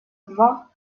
два